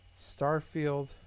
Starfield